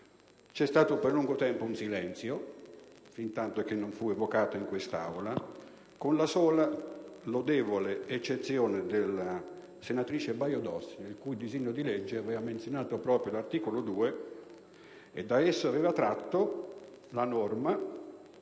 c'è stato per lungo tempo un silenzio, fintanto che non fu evocato in quest'Aula, con la sola, lodevole eccezione, della senatrice Baio Dossi nel cui disegno di legge era menzionato proprio l'articolo 2 dal quale era stata tratta la norma